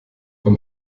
beim